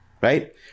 Right